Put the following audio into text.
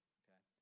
okay